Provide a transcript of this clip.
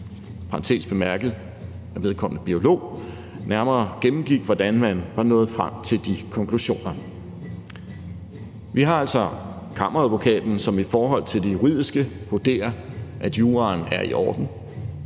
parentes bemærket er vedkommende biolog – nærmere gennemgik, hvordan man var nået frem til de konklusioner. Vi har altså Kammeradvokaten, som i forhold til det juridiske vurderer, at juraen er i orden,